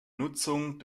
nutzung